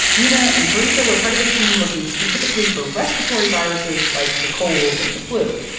niina and carita were part of a team looking specifically for respiratory viruses like the cold and the flu,